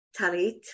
Talit